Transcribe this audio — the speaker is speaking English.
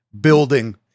building